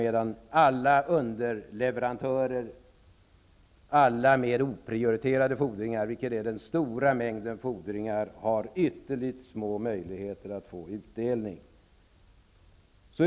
Däremot har underleverantörer och andra mer oprioriterade fordringsägare, som står för den stora mängden av fordringar, ytterligt små möjligheter att få utdelning.